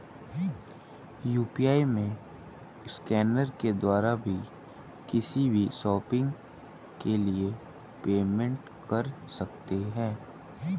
UPI में scanner के द्वारा भी किसी भी शॉपिंग के लिए पेमेंट कर सकते है